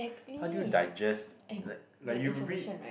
how do you digest like like you read